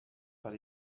but